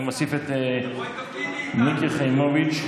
אני מוסיף את מיקי חיימוביץ'